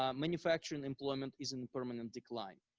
um manufacturing employment is in permanent decline.